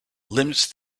limits